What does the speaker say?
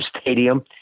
stadium